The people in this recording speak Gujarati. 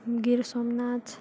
ગીર સોમનાથ